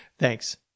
Thanks